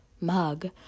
mug